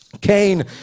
Cain